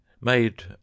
made